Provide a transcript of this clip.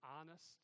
honest